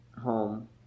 home